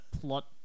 Plot